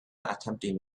attempting